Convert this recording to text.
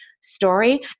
story